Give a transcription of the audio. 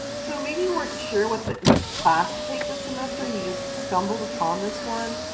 so maybe you weren't sure what what class to take this semester, and you just stumbled upon this one.